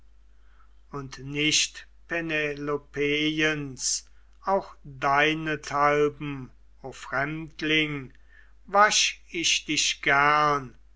und nicht penelopeiens auch deinethalben o fremdling wasch ich dich gern